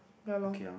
ya loh